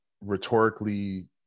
rhetorically